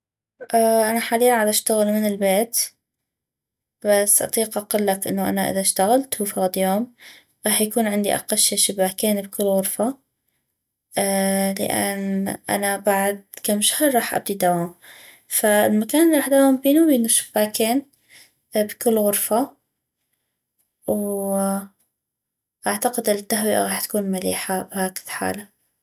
انا حاليا عدشتغل من البيت بس اطيق اقلك انو انا اذا اشتغلتو فغد يوم راح يكون عندي اقل شي شباكين بكل غرفة لان انا بعد كم شهر راح ابدي دوام فالمكان الي غاح اداوم بينو بينو شباكين بكل غرفة واعتقد التهوئة غاح تكون مليحة بهكذ حالة